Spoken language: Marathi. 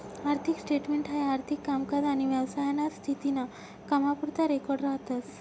आर्थिक स्टेटमेंट हाई आर्थिक कामकाज आनी व्यवसायाना स्थिती ना कामपुरता रेकॉर्ड राहतस